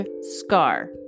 scar